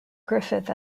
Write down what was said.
griffith